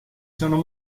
sono